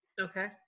Okay